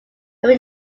are